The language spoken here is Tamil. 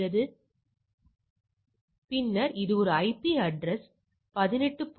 1 பின்னர் இது ஒரு ஐபி அட்ரஸ் 18